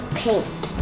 paint